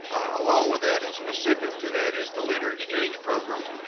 along with that and specific to that is the leader exchange program.